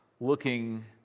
looking